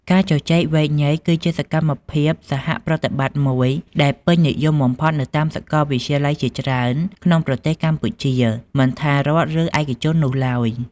ការជជែកវែកញែក គឺជាសកម្មភាពសហប្រតិបត្តិមួយដែលពេញនិយមបំផុតនៅតាមសាកលវិទ្យាល័យជាច្រើនក្នុងប្រទេសកម្ពុជា មិនថារដ្ឋ ឬឯកជននោះឡើយ។។